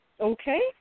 okay